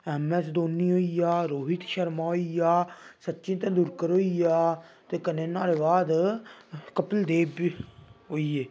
M S Dhoni होई गेआ रोहित शर्मा होई गेआ सचिन तेंदलुकर होई गेआ ते कन्नै नुआढ़े बाद कपिल देब बी होई गे